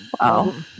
wow